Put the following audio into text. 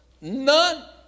None